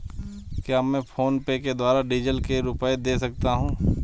क्या मैं फोनपे के द्वारा डीज़ल के रुपए दे सकता हूं?